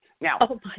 Now